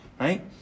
Right